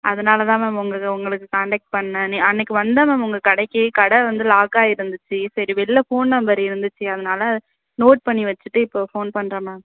அதனால் தான் மேம் உங்கள் உங்களுக்கு கான்டெக்ட் பண்ணிணேன் அன்றைக்கு வந்தேன் மேம் உங்கள் கடைக்கு கடை வந்து லாக்காகி இருந்துச்சு சரி வெளில ஃபோன் நம்பர் இருந்துச்சு அதனால் நோட் பண்ணி வச்சுட்டு இப்போது ஃபோன் பண்ணுறேன் மேம்